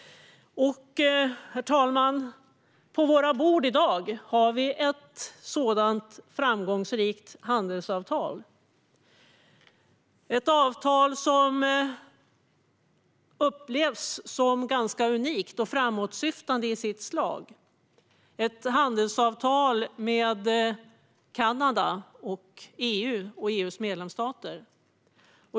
Herr talman! På våra bord i dag har vi ett sådant framgångsrikt handelsavtal. Det är ett avtal som upplevs som ganska unikt och framåtsyftande i sitt slag, ett handelsavtal mellan Kanada och EU:s medlemsstater.